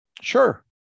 Sure